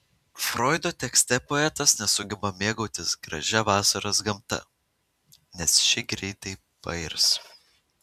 froido tekste poetas nesugeba mėgautis gražia vasaros gamta nes ši greitai pairs